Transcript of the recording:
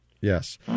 Yes